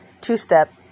two-step